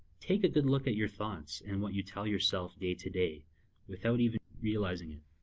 take a good look at your thoughts and what you tell yourself day-to-day without even realizing it.